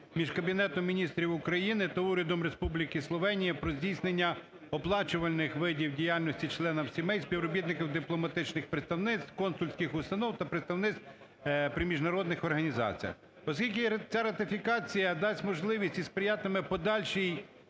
між Кабінетом Міністрів України та Урядом Республіки Словенія про здійснення оплачуваних видів діяльності членами сімей співробітників дипломатичних представництв, консульських установ та представництв при міжнародних організаціях? Оскільки ця ратифікація дасть можливість і сприятиме подальшій